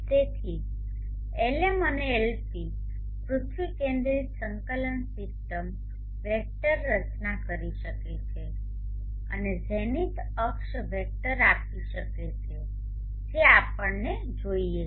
તેથી Lm અને Lp પૃથ્વી કેન્દ્રિત સંકલન સિસ્ટમ વેક્ટર રચના કરી શકે છે અને ઝેનિથ અક્ષ વેક્ટર આપી શકે છે જે આપણને જોઈએ છે